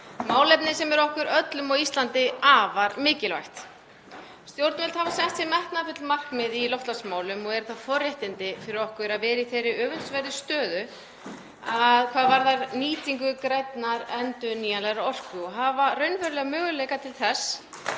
málefni sem er okkur öllum á Íslandi afar mikilvægt. Stjórnvöld hafa sett sér metnaðarfull markmið í loftslagsmálum og eru það forréttindi fyrir okkur að vera í þeirri öfundsverðu stöðu hvað varðar nýtingu grænnar endurnýjanlegrar orku og hafa raunverulega möguleika til þess